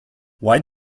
why